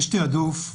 יש תעדוף,